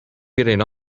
getting